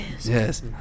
Yes